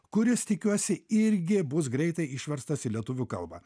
kuris tikiuosi irgi bus greitai išverstas į lietuvių kalbą